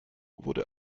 wurde